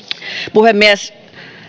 puhemies